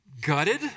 gutted